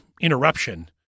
interruption